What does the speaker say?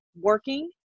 working